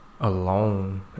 alone